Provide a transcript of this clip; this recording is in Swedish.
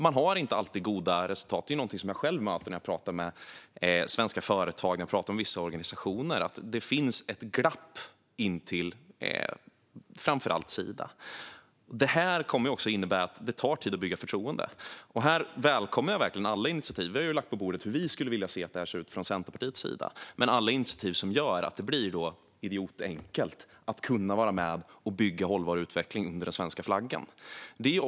Man har inte alltid goda resultat. Det är någonting jag själv möter när jag pratar med svenska företag och vissa organisationer: Det finns ett glapp in till framför allt Sida. Det här kommer också att innebära att det tar tid att bygga förtroende. Här välkomnar jag verkligen alla initiativ. Vi har lagt på bordet hur vi skulle vilja att det här ser ut från Centerpartiets sida. Men alla initiativ som gör att det blir just idiotenkelt att kunna vara med och bygga hållbar utveckling under den svenska flaggan är välkomna.